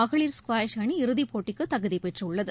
மகளிர் ஸ்குவாஷ் அணி இறுதிப் போட்டிக்கு தகுதிபெற்றுள்ளது